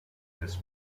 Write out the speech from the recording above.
chris